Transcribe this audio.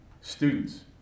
students